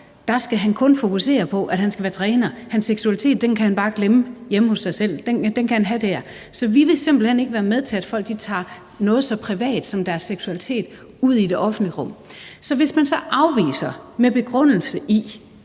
Her skal han kun fokusere på, at han skal være træner. Hans seksualitet kan han glemme hjemme hos sig selv. Den kan han have der. Så vi vil simpelt hen ikke være med til, at folk tager noget så privat som deres seksualitet ud i det offentlige rum. Hvis man så afviser med begrundelse i,